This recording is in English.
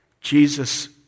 Jesus